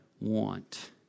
want